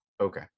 okay